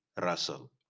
Russell